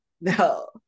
no